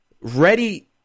ready